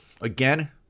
Again